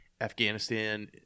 Afghanistan